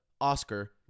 oscar